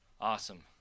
Awesome